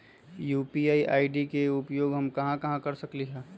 UPI ID के उपयोग हम कहां कहां कर सकली ह?